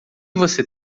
você